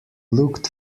looked